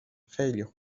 خوبه